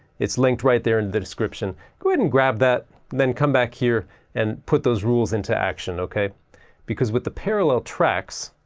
it's linked right there in the description. go ahead and grab that then come back here and put those rules into action, okay because with the parallel tracks.